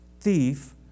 thief